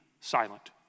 silent